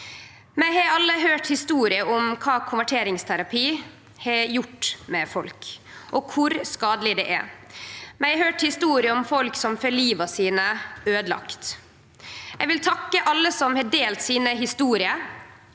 Vi har alle høyrt historier om kva konverteringsterapi har gjort med folk, og kor skadeleg det er. Vi har høyrt historier om folk som får livet sitt øydelagd. Eg vil takke alle som har delt historiene